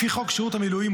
לפי חוק שירות המילואים,